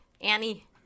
Annie